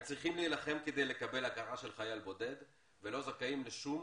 הם צריכים להילחם כדי לקבל הכרה של חייל בודד ולא זכאים לשום